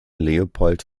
leopold